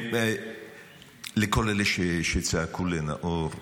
לכל אלה שצעקו לנאור,